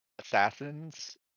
assassins